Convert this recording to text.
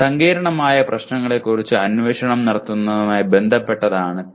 സങ്കീർണ്ണമായ പ്രശ്നങ്ങളെക്കുറിച്ച് അന്വേഷണം നടത്തുന്നതുമായി ബന്ധപ്പെട്ടതാണ് PO3